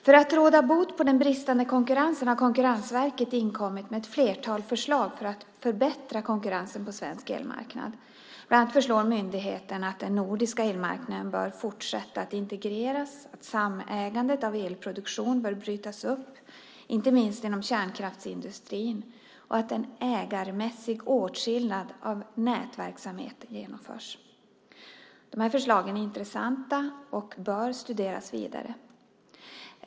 För att råda bot på den bristande konkurrensen har Konkurrensverket inkommit med ett flertal förslag för att förbättra konkurrensen på svensk elmarknad. Bland annat föreslår myndigheten att den nordiska elmarknaden bör fortsätta att integreras, att samägandet av elproduktion bör brytas upp, inte minst inom kärnkraftsindustrin, och att en ägarmässig åtskillnad av nätverksamheter genomförs. De här förslagen är intressanta och bör studeras vidare.